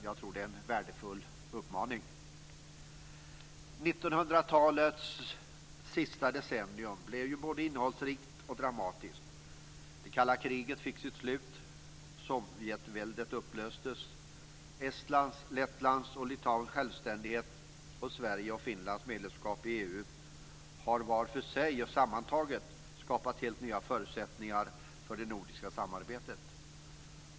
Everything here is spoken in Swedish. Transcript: Jag tror att det är en värdefull uppmaning. 1900-talets sista decennium blev både innehållsrikt och dramatiskt. Det kalla kriget fick sitt slut. Sovjetväldet upplöstes. Estlands, Lettlands och Litauens självständighet och Sveriges och Finlands medlemskap i EU har var för sig och sammantaget skapat helt nya förutsättningar för det nordiska samarbetet.